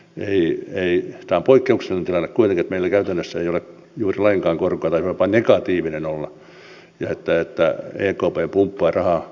tämä on poikkeuksellinen tilanne kuitenkin että meillä käytännössä ei ole juuri lainkaan korkoa tai voi jopa negatiivinen olla ja että ekp pumppaa rahaa markkinoille